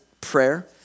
prayer